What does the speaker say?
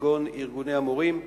כגון ארגוני המורים,